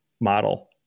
model